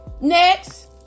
next